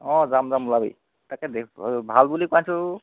অঁ যাম যাম ওলাবি তাকে দে ভাল বুলি পাইছোঁ